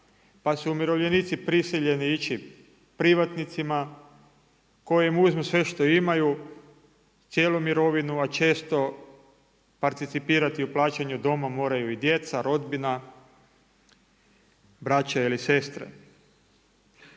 pa su umirovljenici prisiljeni ići privatnicima koji im uzmu sve što imaju, cijelu mirovinu, a često participirati u plaćanju doma moraju i djeca, rodbina, braće ili sestre.